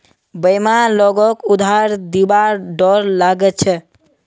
बेईमान लोगक उधार दिबार डोर लाग छ